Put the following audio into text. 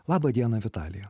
labą dieną vitalija